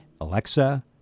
Alexa